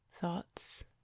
thoughts